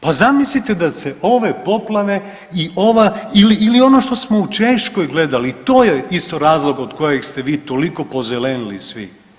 Pa zamislite da se ove poplave ili ono što smo u Češkoj gledali i to je isto razlog od kojeg ste vi toliko pozelenili svi.